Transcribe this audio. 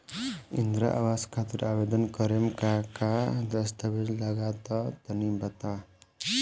इंद्रा आवास खातिर आवेदन करेम का का दास्तावेज लगा तऽ तनि बता?